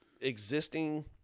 existing